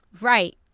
right